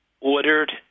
ordered